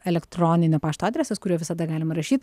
elektroninio pašto adresas kuriuo visada galima rašyt